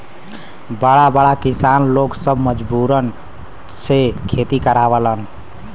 बड़ा बड़ा किसान लोग सब मजूरन से खेती करावलन